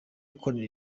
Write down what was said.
akorera